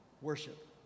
worship